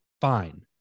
fine